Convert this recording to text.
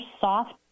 soft